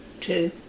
Two